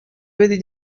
بدید